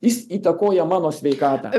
jis įtakoja mano sveikatą